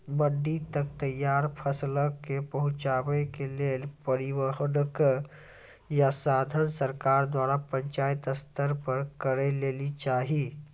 मंडी तक तैयार फसलक पहुँचावे के लेल परिवहनक या साधन सरकार द्वारा पंचायत स्तर पर करै लेली चाही?